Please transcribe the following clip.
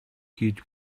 хийж